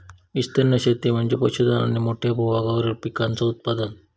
विस्तीर्ण शेती म्हणजे पशुधन आणि मोठ्या भूभागावरील पिकांचे उत्पादन